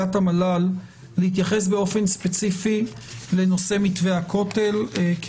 להתייחס באופן ספציפי לנושא מתווה הכותל כי